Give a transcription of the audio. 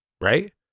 right